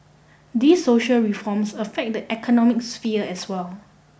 these social reforms affect the economic sphere as well